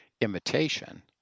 imitation